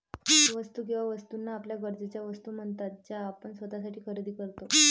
वस्तू किंवा वस्तूंना आपल्या गरजेच्या वस्तू म्हणतात ज्या आपण स्वतःसाठी खरेदी करतो